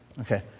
Okay